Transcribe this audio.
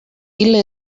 ille